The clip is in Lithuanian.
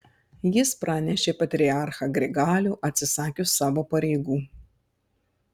jis pranešė patriarchą grigalių atsisakius savo pareigų